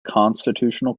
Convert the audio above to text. constitutional